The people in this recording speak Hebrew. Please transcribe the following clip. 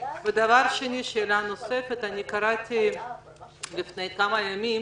דבר שני, שאלה נוספת: קראתי לפני כמה ימים